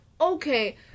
okay